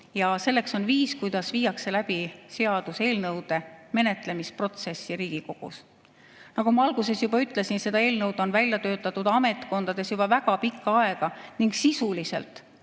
ja selleks on viis, kuidas viiakse läbi seaduseelnõude menetlemist Riigikogus. Nagu ma alguses juba ütlesin, seda eelnõu on välja töötatud ametkondades juba väga pikka aega ning sisuliselt.